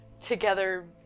together